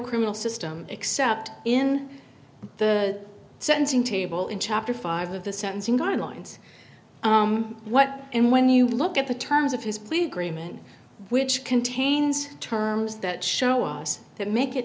criminal system except in the sentencing table in chapter five of the sentencing guidelines what and when you look at the terms of his plea agreement which contains terms that show us that make it